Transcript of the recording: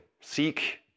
seek